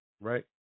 right